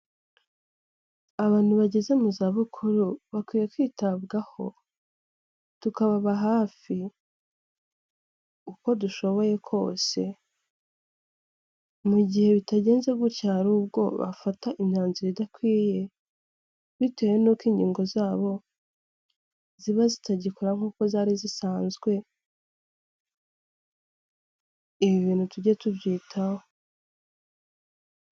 Abantu bageze mu zabukuru bakwiye kwitabwaho tukababa hafi uko dushoboye kose, mu gihe bitagenze gutya hari ubwo bafata imyanzuro idakwiye bitewe n'uko ingingo z'abo ziba zitagikora nk'uko zarizisanzwe, ibi bintu tujye tubyitaho.